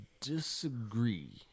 disagree